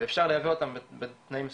ואפשר לייבא אותם בתנאים מסויימים.